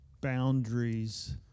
boundaries